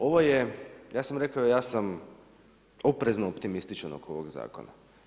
Ovo je, ja sam rekao ja sam oprezno optimističan oko ovog zakona.